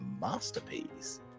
masterpiece